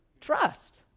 Trust